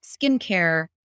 skincare